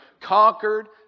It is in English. conquered